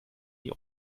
die